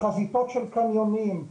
חזיתות של קניונים,